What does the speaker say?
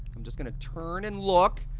i'm just gonna turn and look.